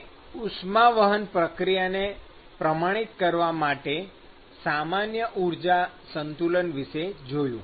આપણે ઉષ્માવહન પ્રક્રિયાને પ્રમાણિત કરવા માટે સામાન્ય ઊર્જા સંતુલન વિષે જોયું